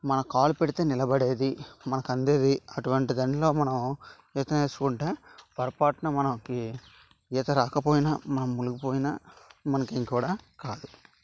మన కాలు పెడితే నిలబడేది మనకు అందేది అటువంటి దానిలో మనం ఈత నేర్చుకుంటే పొరపాటున మనకి ఈత రాకపోయినా మనం మునిగి పోయిన మనకి ఏమి కూడా కాదు